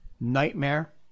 nightmare